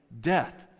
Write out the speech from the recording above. death